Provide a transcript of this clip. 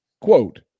Quote